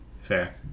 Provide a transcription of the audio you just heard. fair